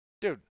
dude